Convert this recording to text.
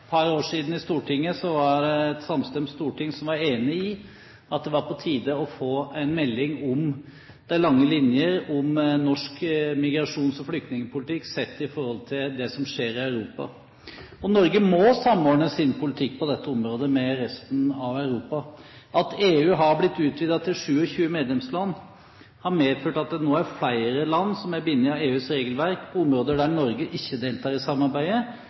par år siden var det et samstemt storting som var enig om at det var på tide å få en melding om de lange linjer i norsk migrasjons- og flyktningpolitikk sett i forhold til det som skjer i Europa. Norge må samordne sin politikk på dette området med resten av Europa. At EU har blitt utvidet til 27 medlemsland, har medført at det nå er flere land som er bundet av EUs regelverk, områder der Norge ikke deltar i samarbeidet,